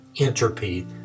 entropy